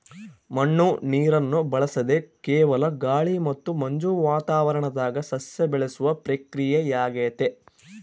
ಮಣ್ಣು ನೀರನ್ನು ಬಳಸದೆ ಕೇವಲ ಗಾಳಿ ಮತ್ತು ಮಂಜು ವಾತಾವರಣದಾಗ ಸಸ್ಯ ಬೆಳೆಸುವ ಪ್ರಕ್ರಿಯೆಯಾಗೆತೆ